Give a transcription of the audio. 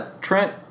Trent